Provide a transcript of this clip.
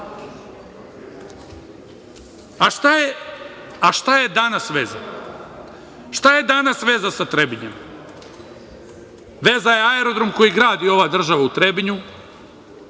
šta je danas veza? Šta je danas veza sa Trebinjem? Veza je aerodrom koji gradi ova država u Trebinju,